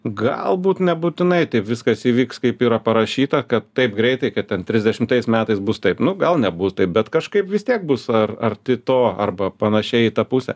galbūt nebūtinai taip viskas įvyks kaip yra parašyta kad taip greitai kad ten trisdešimtais metais bus taip nu gal nebus taip bet kažkaip vis tiek bus ar arti to arba panašiai į tą pusę